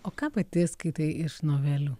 o ką pati skaitai iš novelių